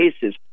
cases